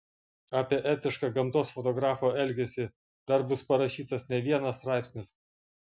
apie etišką gamtos fotografo elgesį dar bus parašytas ne vienas straipsnis